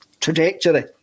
trajectory